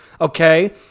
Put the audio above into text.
Okay